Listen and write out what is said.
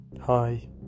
Hi